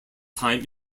time